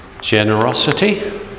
Generosity